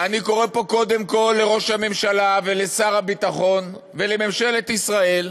אני קורא פה קודם כול לראש הממשלה ולשר הביטחון ולממשלת ישראל